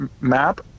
Map